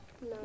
No